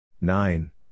Nine